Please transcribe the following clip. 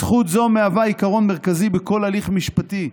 זכות זו היא עיקרון מרכזי בכל הליך משפטי,